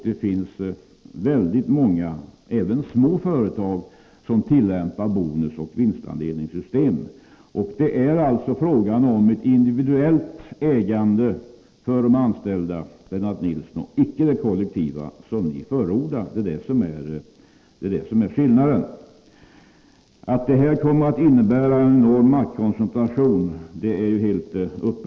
Det finns många företag, även små, som tillämpar bonusoch vinstdelningssystem. Men det är alltså fråga om ett individuellt ägande för de anställda, Lennart Nilsson, och inte det kollektiva, som ni förordar. Det är det som är skillnaden. Det är helt uppenbart att löntagarfonder kommer att innebära en enorm maktkoncentration.